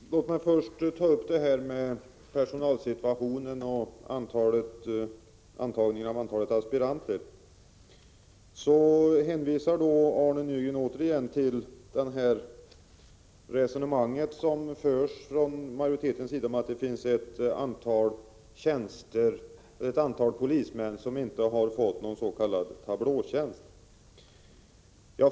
Herr talman! Låt mig först ta upp detta med personalsituationen och antalet antagna aspiranter. Arne Nygren hänvisar återigen till det resonemang som förs från majoritetens sida om att det finns ett antal polismän som inte har fått någon s.k. tablåtjänst.